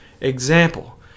example